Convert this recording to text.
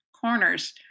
corners